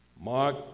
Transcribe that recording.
Mark